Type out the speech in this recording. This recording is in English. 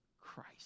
Christ